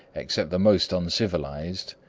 except the most uncivilized,